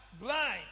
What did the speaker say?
blind